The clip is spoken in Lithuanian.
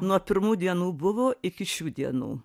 nuo pirmų dienų buvo iki šių dienų